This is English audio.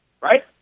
right